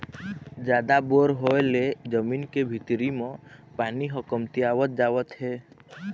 जादा बोर होय ले जमीन के भीतरी म पानी ह कमतियावत जावत हे